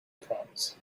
proms